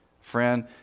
friend